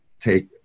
take